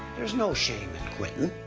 there's no shame in quittin'.